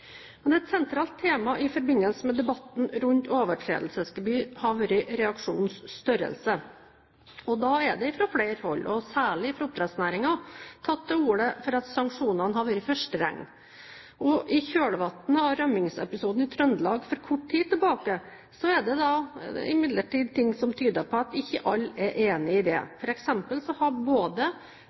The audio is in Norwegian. Et sentralt tema i forbindelse med debatten rundt overtredelsesgebyr har vært reaksjonenes størrelse. Da er det fra flere hold – særlig fra oppdrettsnæringen – tatt til orde for at sanksjonene har vært for strenge. I kjølvannet av rømmingsepisoden i Trøndelag for kort tid tilbake er det imidlertid ting som tyder på at ikke alle er enige i dette. For eksempel har både